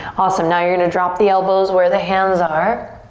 awesome, now you're gonna drop the elbows where the hands are